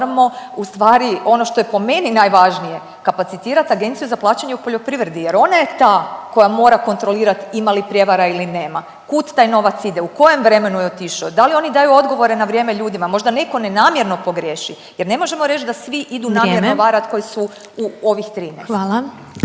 moramo u stvari ono što je po meni najvažnije kapacitirati Agenciju za plaćanje u poljoprivredi, jer ona je ta koja mora kontrolirati ima li prijevara ili nema, kud taj novac ide, u kojem vremenu je otišao? Da li oni daju odgovore na vrijeme ljudima? Možda netko nenamjerno pogriješi? Jer ne možemo reći da svi idu namjerno varati … …/Upadica Glasovac: